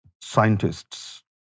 scientists